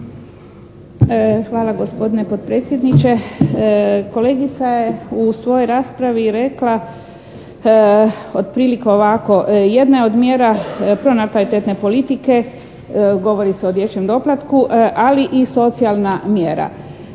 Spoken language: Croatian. Hvala gospodine potpredsjedniče. Kolegica je u svojoj raspravi rekla otprilike ovako. Jedna je od mjera pronatalitetne politike, govori se o dječjem doplatku, ali i socijalna mjera.